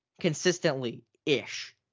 consistently-ish